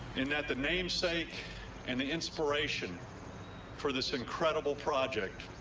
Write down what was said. in that the namesake and the inspiration for this incredible project.